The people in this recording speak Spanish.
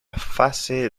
fase